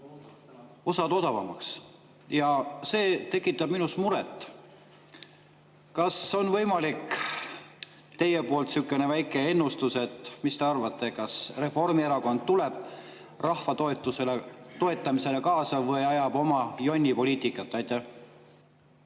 odavamaks. Aga see tekitab minus muret. Kas teil on võimalik teha sihukene väike ennustus – mis te arvate, kas Reformierakond tuleb rahva toetamisele kaasa või ajab oma jonnipoliitikat? Aitäh,